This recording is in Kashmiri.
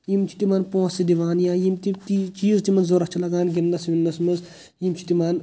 یِم چھِ تِمن پونٛسہٕ دِوان یا یِم تہِ چیٖز تِمن ضروٚرَتھ چھِ لگان گِنٛدنَس وِنٛدنَس منٛز یِم چھِ تِمن